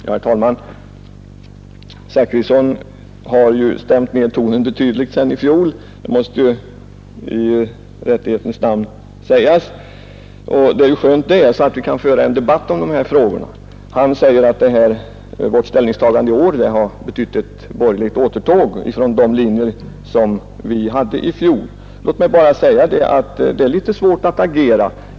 Herr talman! Herr Zachrisson har stämt ned tonen betydligt sedan i fjol — detta måste i rättvisans namn sägas — och det är ju skönt eftersom vi nu kan föra en debatt om dessa frågor. Han förklarar att vårt ställningstagande i år har betytt ett borgerligt återtåg från de linjer som vi följde i fjol. Låt mig bara säga att det är litet svårt att agera.